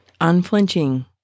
unflinching